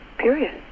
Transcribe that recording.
period